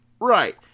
Right